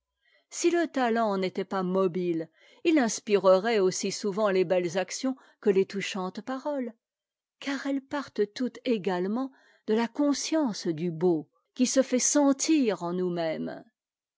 si le talent n'était pas mobile il inspirerait aussi souvent les belles actions que les touchantes paroles car elles partent toutes également de la conscience du beau qui se fait sentir en nous-mêmes